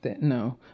No